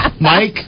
Mike